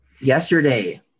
yesterday